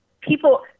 people